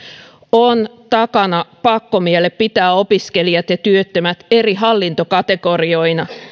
on pakkomielle pitää opiskelijat ja työttömät eri hallintokategorioina